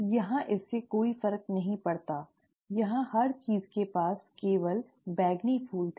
यहाँ इससे कोई फर्क नहीं पड़ता यहाँ हर चीज के पास केवल बैंगनी फूल थे